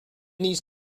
these